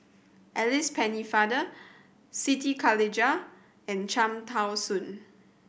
Alice Pennefather Siti Khalijah and Cham Tao Soon